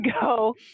go